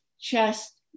chest